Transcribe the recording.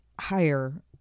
higher